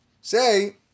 Say